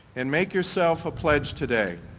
and make yourself a pledge today.